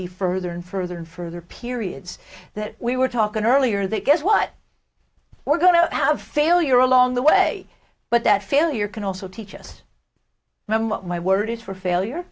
be further and further and further periods that we were talking earlier that guess what we're going to have failure along the way but that failure can also teach us what my word is for failure